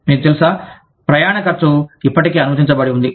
మీకు తెలుసా ప్రయాణ ఖర్చు ఇప్పటికే అనుమతించబడిఉంది